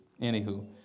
anywho